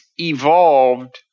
evolved